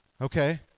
Okay